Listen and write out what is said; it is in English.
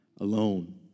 alone